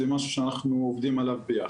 זה משהו שאנחנו עובדים עליו ביחד.